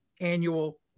annual